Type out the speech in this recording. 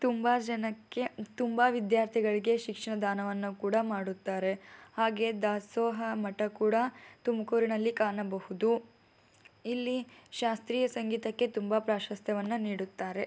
ತುಂಬ ಜನಕ್ಕೆ ತುಂಬ ವಿದ್ಯಾರ್ಥಿಗಳಿಗೆ ಶಿಕ್ಷಣ ದಾನವನ್ನು ಕೂಡ ಮಾಡುತ್ತಾರೆ ಹಾಗೆ ದಾಸೋಹ ಮಠ ಕೂಡ ತುಮಕೂರಿನಲ್ಲಿ ಕಾಣಬಹುದು ಇಲ್ಲಿ ಶಾಸ್ತ್ರೀಯ ಸಂಗೀತಕ್ಕೆ ತುಂಬ ಪ್ರಾಶಸ್ತ್ಯವನ್ನು ನೀಡುತ್ತಾರೆ